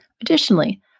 Additionally